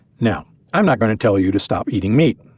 now i'm not gonna tell you to stop eating meat.